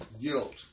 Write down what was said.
Guilt